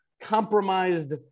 compromised